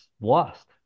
lost